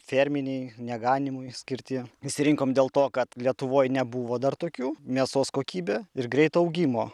ferminiai ne ganymui skirti išsirinkom dėl to kad lietuvoj nebuvo dar tokių mėsos kokybė ir greito augimo